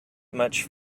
much